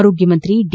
ಆರೋಗ್ಯ ಸಚಿವ ಡಿ